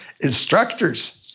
instructors